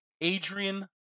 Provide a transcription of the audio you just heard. Adrian